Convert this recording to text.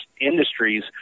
industries